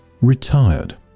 retired